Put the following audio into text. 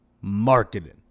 Marketing